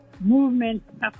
movement